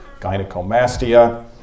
gynecomastia